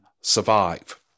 survive